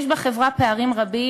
יש בחברה פערים רבים,